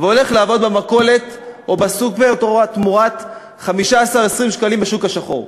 והולך לעבוד במכולת או בסופר תמורת 15 או 20 שקלים בשוק השחור.